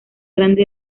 grande